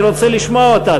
אני רוצה לשמוע אותה.